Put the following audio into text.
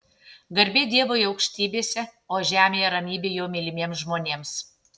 garbė dievui aukštybėse o žemėje ramybė jo mylimiems žmonėms